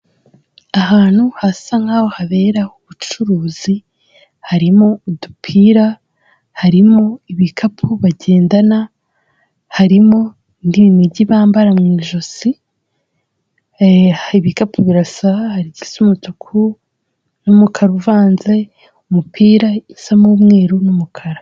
Ahantu hasa nk'aho habera ubucuruzi, harimo udupira harimo ibikapu bagendana harimo ng'ibinigi bambara mu ijosi, ibikapu birasa hari igisa umutuku n'umukara uvanze, umupira usa n'umweru n'umukara.